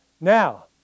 Now